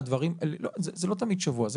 זה לא תמיד שבוע.